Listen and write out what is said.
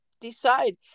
decide